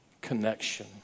connection